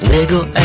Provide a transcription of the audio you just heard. Wiggle